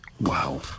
Wow